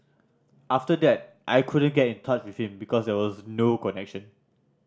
after that I couldn't get in touch with him because there was no connection